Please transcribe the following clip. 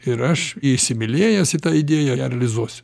ir aš įsimylėjęs į tą idėją ją realizuosiu